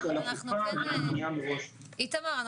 --- איתמר,